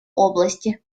области